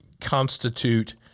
constitute